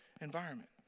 environment